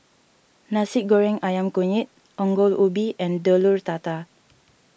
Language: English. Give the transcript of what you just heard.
Nasi Goreng Ayam Kunyit Ongol Ubi and Telur Dadah